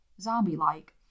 zombie-like